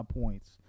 points